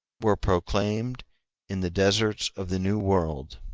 were proclaimed in the deserts of the new world,